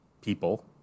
people